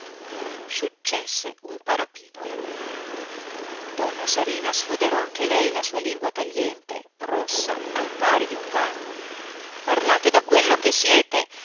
successe un parapiglia donna sarina sfoderò anche lei la sua lingua tagliente rossa al pari di un gallo parlate da quello che siete